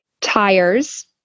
tires